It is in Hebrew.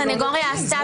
שהסנגוריה עשתה,